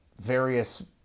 various